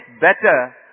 better